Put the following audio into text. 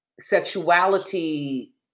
sexuality